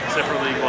separately